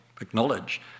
acknowledge